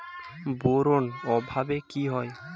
Boron অভাবে কি হয়?